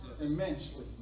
immensely